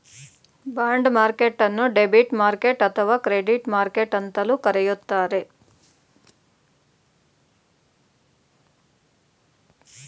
bond ಮಾರ್ಕೆಟ್ಟನ್ನು debit market ಅಥವಾ credit market ಅಂತಲೂ ಕರೆಯುತ್ತಾರೆ